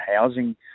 housing